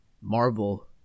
Marvel